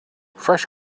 fresh